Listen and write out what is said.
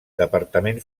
departament